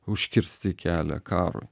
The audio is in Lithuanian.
užkirsti kelią karui